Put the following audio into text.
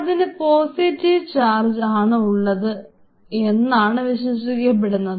അതിനു positive charge ആണ് ഉള്ളത് എന്നാണ് വിശ്വസിക്കപ്പെടുന്നത്